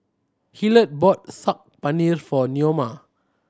Hillard bought Saag Paneer for Neoma